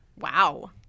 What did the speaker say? Wow